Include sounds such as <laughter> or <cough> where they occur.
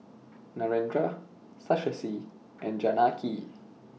Narendra <unintelligible> and Janaki